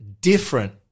different